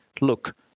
look